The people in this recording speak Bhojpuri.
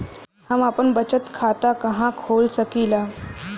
हम आपन बचत खाता कहा खोल सकीला?